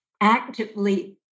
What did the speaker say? actively